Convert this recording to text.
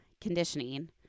conditioning